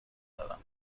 دارم